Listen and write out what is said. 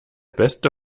beste